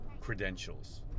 credentials